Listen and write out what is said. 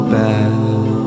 bad